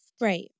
Right